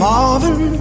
Marvin